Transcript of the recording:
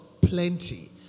Plenty